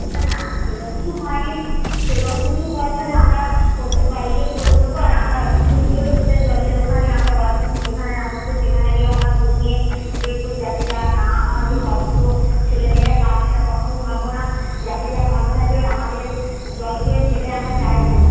না না সেইরকম কিছু হয়নি সেইরকম যদি হয় আমরা প্রত্যেক বাড়ি গিয়ে খোঁজ নেবো আর আমরা অফিসে গিয়েও সেটা জলের ওখানে আমরা ওয়াটার যেখানে নেওয়া হচ্ছে সেখানে গিয়েও খোঁজ নিয়ে দেখবো যাতে যা না হয় যে কষ্ট ছেলেমেয়েরা পাচ্ছে তা কখনোই ভাববো না যাতে যা ভালো থাকে আমাদের জল খেয়ে সেটাই আমরা চাইবো